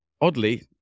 oddly